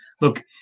look